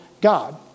God